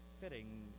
fitting